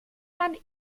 man